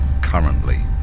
currently